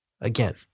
Again